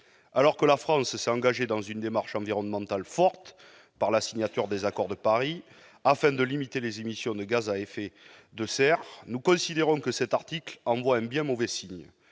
Alors que la France s'est engagée dans une démarche environnementale forte par la signature des accords de Paris, afin de limiter les émissions de gaz à effet de serre, nous considérons que cet article envoie un bien mauvais signal.